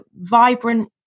vibrant